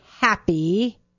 happy